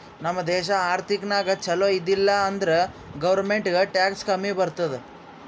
ನಮ್ ದೇಶ ಆರ್ಥಿಕ ನಾಗ್ ಛಲೋ ಇದ್ದಿಲ ಅಂದುರ್ ಗೌರ್ಮೆಂಟ್ಗ್ ಟ್ಯಾಕ್ಸ್ ಕಮ್ಮಿ ಬರ್ತುದ್